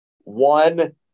One